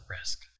risk